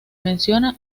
menciona